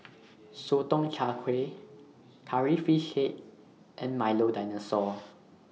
Sotong Char Kway Curry Fish Head and Milo Dinosaur